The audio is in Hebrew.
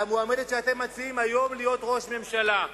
על המועמדת שאתם מציעים להיות ראש ממשלה היום.